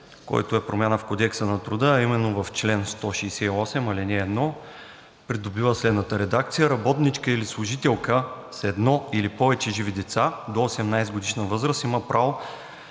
който е промяна в Кодекса на труда, а именно: чл. 168, ал. 1 придобива следната редакция: „Работничка или служителка с едно или повече живи деца до 18-годишна възраст има право